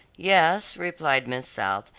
yes, replied miss south,